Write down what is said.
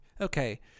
Okay